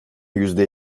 yüzde